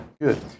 good